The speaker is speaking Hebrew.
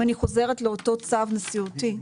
אם אני חוזרת לאותו צו נשיאותי,